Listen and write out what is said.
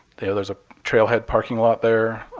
the other is a trailhead parking lot there.